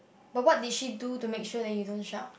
but what did she do to make sure that you don't shout